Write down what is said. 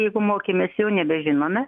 jeigu mokėmės jau nebežinome